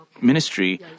ministry